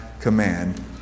command